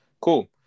cool